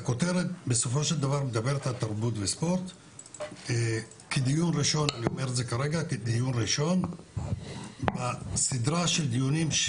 הכותרת בסופו של דבר מדברת על תרבות וספורט כדיון ראשון בסדרת דיונים.